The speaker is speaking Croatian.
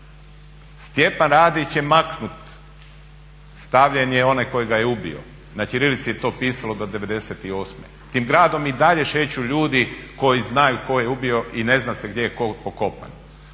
Stjepan Radić je maknut, stavljen je onaj koji ga je ubio, na ćirilici je to pisalo do '98. Tim gradom i dalje šeću ljudi koji znaju tko je ubio i ne zna se gdje je tko pokopan.